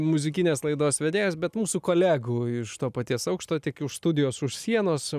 muzikinės laidos vedėjas bet mūsų kolegų iš to paties aukšto tik už studijos už sienos